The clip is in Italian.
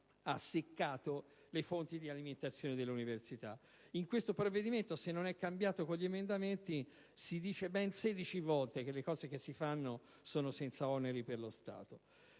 praticamente le fonti di alimentazione dell'università. In questo provvedimento, se non sarà cambiato con gli emendamenti, si dice ben 16 volte che gli interventi da realizzare sono senza oneri per lo Stato.